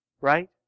Right